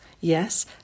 Yes